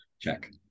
Check